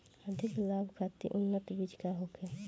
अधिक लाभ खातिर उन्नत बीज का होखे?